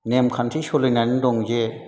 नेम खान्थि सोलिनानै दं जे